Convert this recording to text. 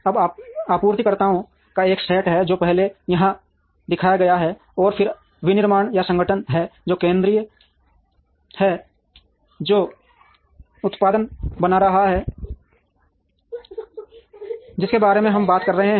अब आपूर्तिकर्ताओं का एक सेट है जो पहले यहां दिखाया गया है और फिर विनिर्माण या संगठन है जो केंद्रीय है जो उत्पाद बना रहा है जिसके बारे में हम बात कर रहे हैं